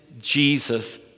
Jesus